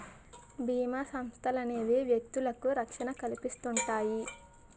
బీమా సంస్థలనేవి వ్యక్తులకు రక్షణ కల్పిస్తుంటాయి